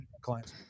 clients